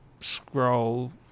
scroll